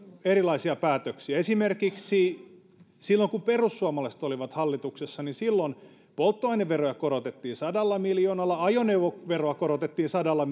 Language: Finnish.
erilaisia päätöksiä esimerkiksi silloin kun perussuomalaiset olivat hallituksessa silloin polttoaineveroja korotettiin sadalla miljoonalla ajoneuvoveroa korotettiin sadalla